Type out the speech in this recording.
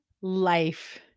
life